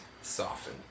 soften